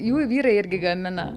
jų vyrai irgi gamina